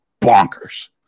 bonkers